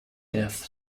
death